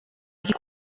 ari